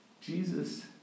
Jesus